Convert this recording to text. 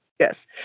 Yes